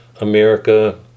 America